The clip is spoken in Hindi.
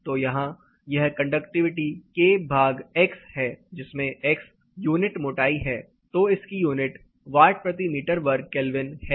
तो यहाँ यह कंडक्टिविटी k भाग x है जिसमें एक्स यूनिट मोटाई है तो इसकी यूनिट वाट प्रति मीटर वर्ग केल्विन है